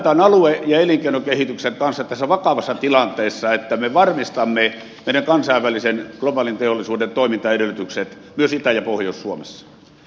meidän täytyy alue ja elinkeinokehityksen kanssa tässä vakavassa tilanteessa varmistaa meidän kansainvälisen globaalin teollisuuden toimintaedellytykset myös itä ja pohjois suomessa